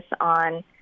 on